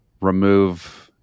remove